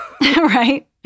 Right